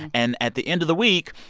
and at the end of the week,